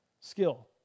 skill